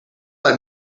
let